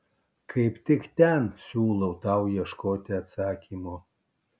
kaip tik ten siūlau tau ieškoti atsakymo